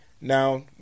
Now